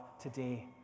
today